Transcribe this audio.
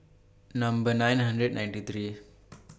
Number nine hundred ninety three